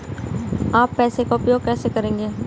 आप पैसे का उपयोग कैसे करेंगे?